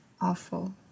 awful